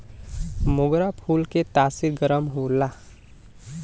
मोगरा फूल के तासीर गरम होला